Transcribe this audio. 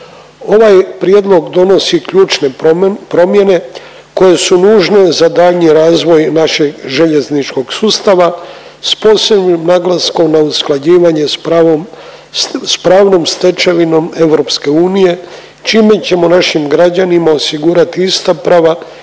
Ovaj prijedlog donosi ključne promjene koje su nužne za daljnji razvoj našeg željezničkog sustava s posebnim naglaskom na usklađivanje s pravom, s pravnom stečevinom EU, čime ćemo našim građanima osigurati ista prava